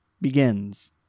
begins